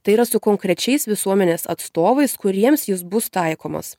tai yra su konkrečiais visuomenės atstovais kuriems jis bus taikomas